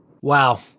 Wow